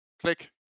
click